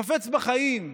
חפץ בחיים.